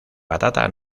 patata